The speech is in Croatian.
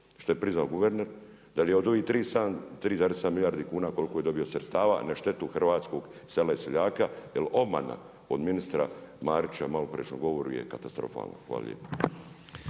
što je priznao guverner, da li je od ovih 3,7 milijardi kuna koliko je dobio sredstava na štetu hrvatskog sela i seljaka jer obmana od ministra Marića, maloprije što je govorio, je katastrofalno. Hvala lijepo.